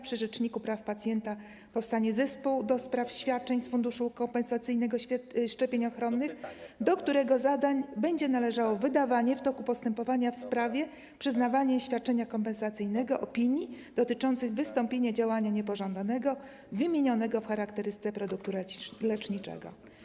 Przy rzeczniku praw pacjenta powstanie zespół ds. świadczeń z funduszu kompensacyjnego szczepień ochronnych, do którego zadań będzie należało wydawanie w toku postępowania w sprawie przyznawania świadczenia kompensacyjnego opinii dotyczących wystąpienia działania niepożądanego wymienionego w charakterystyce produktu leczniczego.